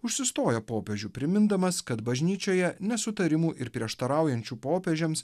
užsistojo popiežių primindamas kad bažnyčioje nesutarimų ir prieštaraujančių popiežiams